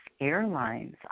airlines